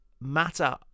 matter